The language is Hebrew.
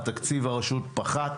תקציב הרשות פחת.